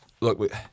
look